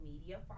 media